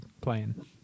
playing